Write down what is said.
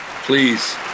Please